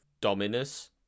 Dominus